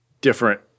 different